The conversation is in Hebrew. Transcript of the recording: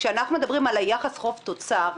כשאנחנו מדברים על יחס חוב תוצר,